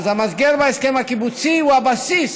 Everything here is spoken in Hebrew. אז המסגר בהסכם הקיבוצי הוא הבסיס